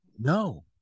no